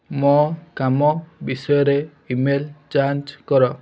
ମୋ କାମ ବିଷୟରେ ଇ ମେଲ୍ ଯାଞ୍ଚ କର